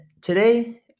today